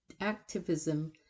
activism